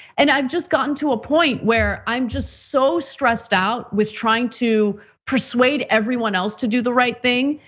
and i've just gotten to a point where i'm just so stressed out with trying to persuade everyone else to do the right thing.